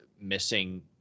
missing